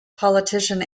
politician